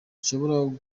zishobora